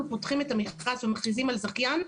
אנחנו פותחים את המכרז ומכריזים על זכיין,